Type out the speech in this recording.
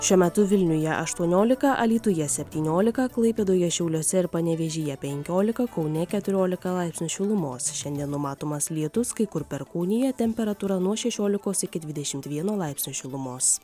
šiuo metu vilniuje aštuoniolika alytuje septyniolika klaipėdoje šiauliuose ir panevėžyje penkiolika kaune keturiolika laipsnių šilumos šiandien numatomas lietus kai kur perkūnija temperatūra nuo šešiolikos iki dvidešimt vieno laipsnio šilumos